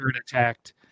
attacked